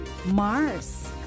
Mars